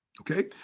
Okay